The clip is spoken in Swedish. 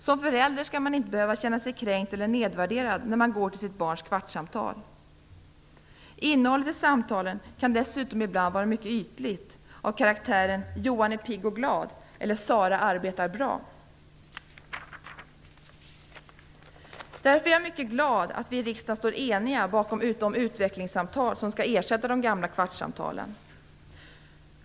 Som förälder skall man inte behöva känna sig kränkt eller nedvärderad när man går till sitt barns kvartssamtal. Innehållet i samtalen kan ibland dessutom vara mycket ytligt, t.ex. av karaktären: Johan är pigg och glad. Eller: Sara arbetar bra. Därför är jag mycket glad att vi i riksdagen står eniga bakom utvecklingssamtalen, som skall ersätta de gamla kvartssamtalen.